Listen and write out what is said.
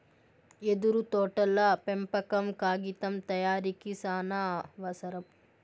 యెదురు తోటల పెంపకం కాగితం తయారీకి సానావసరం